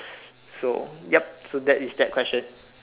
so ya so that is that question